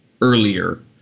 earlier